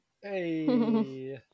Hey